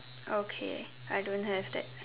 okay I don't have that